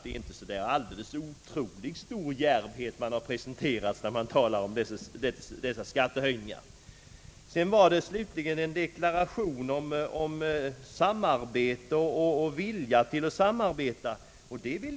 Någon otroligt stor djärvhet visar man alltså inte när man talar om dessa skattehöjningar. Slutligen gjorde statsministern en deklaration om vilja till samarbete.